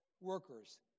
workers